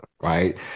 right